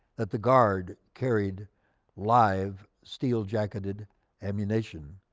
that the guard carried live steel-jacketed ammunition.